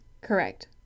Correct